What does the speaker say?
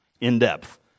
in-depth